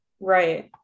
Right